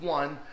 one